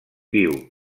viu